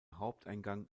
haupteingang